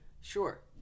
Sure